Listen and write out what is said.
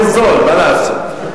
אני שותה נפט כי זה יותר זול, מה לעשות.